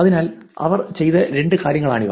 അതിനാൽ അവർ ചെയ്ത രണ്ട് കാര്യങ്ങളാണിവ